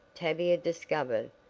tavia discovered,